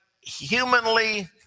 humanly